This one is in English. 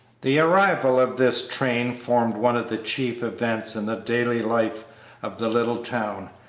the arrival of this train formed one of the chief events in the daily life of the little town,